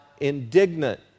indignant